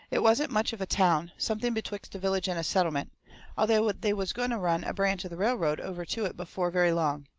it wasn't much of a town something betwixt a village and a settlement although they was going to run a branch of the railroad over to it before very long.